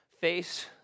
face